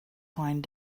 fine